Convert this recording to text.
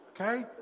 okay